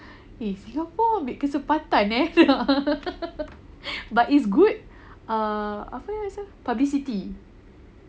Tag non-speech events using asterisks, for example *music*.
eh singapore ambil kesempatan eh *laughs* but it's good err apanya rasa publicity